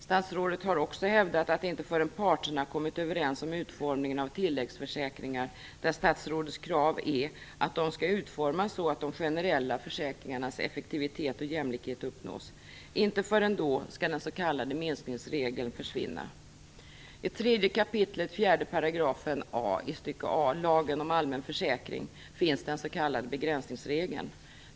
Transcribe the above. Statsrådet har också hävdat att inte förrän parterna kommit överens om utformningen av tilläggsförsäkringar - där statsrådets krav är att de skall utformas så att de generella försäkringarnas effektivitet och jämlikhet uppnås - skall den s.k. I 3 kap. 4 a § lagen om allmän försäkring finns den s.k. begränsningsregeln.